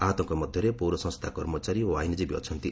ଆହତଙ୍କ ମଧ୍ୟରେ ପୌର ସଂସ୍ଥା କର୍ମଚାରୀ ଓ ଆଇନଜୀବୀ ଅଛନ୍ତି